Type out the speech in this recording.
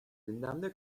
gündemde